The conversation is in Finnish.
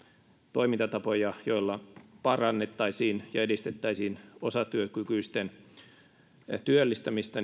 toimintatapoja joilla parannettaisiin ja edistettäisiin osatyökykyisten työllistämistä